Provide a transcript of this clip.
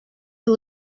who